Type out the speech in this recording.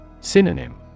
Synonym